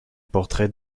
portrait